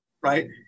Right